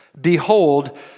Behold